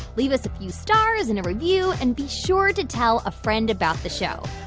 leave us a few stars in a review. and be sure to tell a friend about the show.